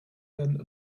than